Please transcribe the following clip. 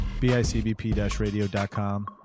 bicbp-radio.com